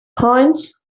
points